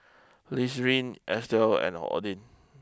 Lizeth Estel and Odin